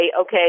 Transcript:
okay